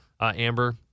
amber